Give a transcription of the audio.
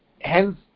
hence